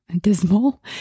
dismal